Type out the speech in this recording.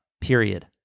period